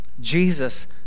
Jesus